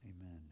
amen